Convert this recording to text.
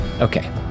Okay